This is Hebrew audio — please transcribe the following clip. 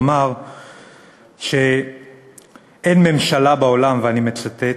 הוא אמר ש"אין ממשלה בעולם" ואני מצטט,